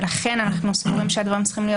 ולכן אנחנו סבורים שהדברים צריכים להיות